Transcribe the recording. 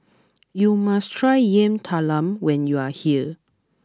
you must try Yam Talam when you are here